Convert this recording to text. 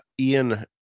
Ian